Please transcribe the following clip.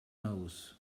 knows